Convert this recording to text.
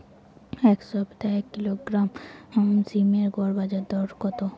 এই সপ্তাহে এক কিলোগ্রাম সীম এর গড় বাজার দর কত?